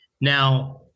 Now